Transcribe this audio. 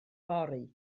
fory